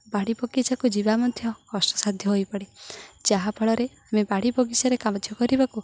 ବାଡ଼ି ବଗିଚାକୁ ଯିବା ମଧ୍ୟ କଷ୍ଟସାଧ୍ୟ ହୋଇପଡ଼େ ଯାହା ଫଳରେ ଆମେ ବାଡ଼ି ବଗିଚାରେ କାର୍ଯ୍ୟ କରିବାକୁ